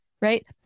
Right